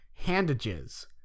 Handages